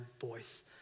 voice